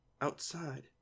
outside